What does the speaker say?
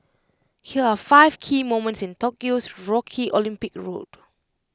here are five key moments in Tokyo's rocky Olympic road